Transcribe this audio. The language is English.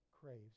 craves